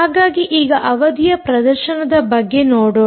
ಹಾಗಾಗಿ ಈಗ ಅವಧಿಯ ಪ್ರದರ್ಶನದ ಬಗ್ಗೆ ನೋಡೋಣ